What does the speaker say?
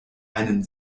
einen